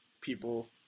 people